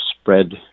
spread